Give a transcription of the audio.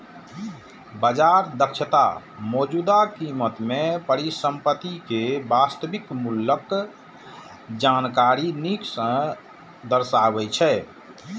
बाजार दक्षता मौजूदा कीमत मे परिसंपत्ति के वास्तविक मूल्यक जानकारी नीक सं दर्शाबै छै